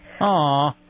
Aw